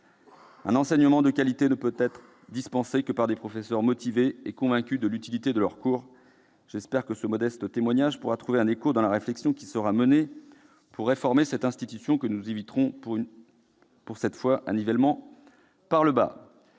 Un enseignement de qualité ne peut être dispensé que par des professeurs motivés et convaincus de l'utilité de leurs cours. J'espère que ce modeste témoignage pourra trouver un écho dans la réflexion qui sera menée pour réformer cette institution. Puissions-nous éviter, cette fois, un nivellement par le bas